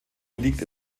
liegt